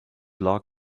log